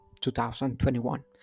2021